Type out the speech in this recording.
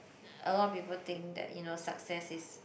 a lot people think that you know success is